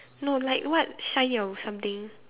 no like what shine or something